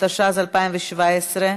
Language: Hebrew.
התשע"ז 2017,